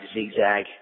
zigzag